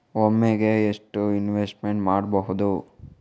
ಒಮ್ಮೆಗೆ ಎಷ್ಟು ಇನ್ವೆಸ್ಟ್ ಮಾಡ್ಬೊದು?